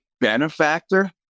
benefactor